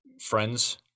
friends